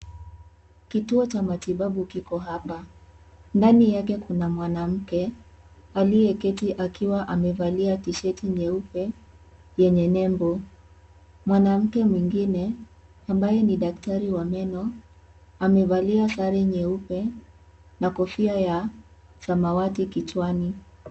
Kituo cha matibabu kiko hapa ndani yake kuna mwanamke aliye keti akiwa amevalia T shirt nyeupe yenye nembo. Mwanamke mwingine ambaye ni daktari wa meno amevalia sare nyeupe na kofia ya samawati kichwani.